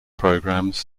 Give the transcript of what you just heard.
programs